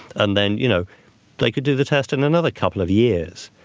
and then you know they could do the test and another couple of years,